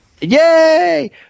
Yay